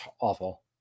awful